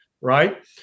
right